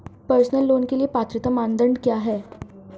Personal loan के लिए पात्रता मानदंड क्या हैं?